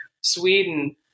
Sweden